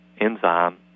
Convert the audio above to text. enzyme